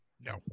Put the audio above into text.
No